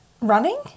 Running